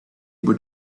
able